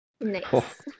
Nice